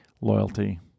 loyalty